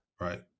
Right